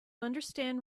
understand